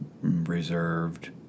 reserved